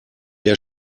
der